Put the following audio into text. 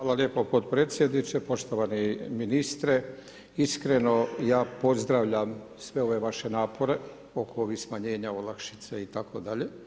Hvala lijepo podpredsjedniče, poštovani ministre, iskreno ja pozdravljam sve ove napore oko ovih smanjenja olakšica itd.